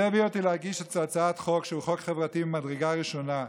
זה הביא אותי להגיש הצעת חוק שהוא חוק חברתי ממדרגה ראשונה.